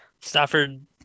Stafford